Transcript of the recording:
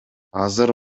азыр